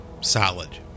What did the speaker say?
solid